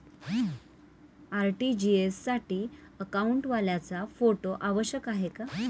RTGS साठी अकाउंटवाल्याचा photo आवश्यक आहे का?